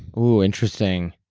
oh, interesting.